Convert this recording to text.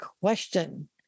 question